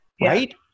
right